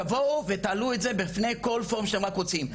תבואו ותעלו את זה בפני כל פורום שאתם רק רוצים,